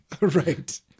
Right